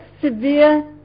severe